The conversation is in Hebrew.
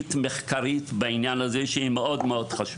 תשתית מחקרית בעניין הזה, שהיא מאוד חשובה.